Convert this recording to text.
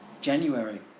January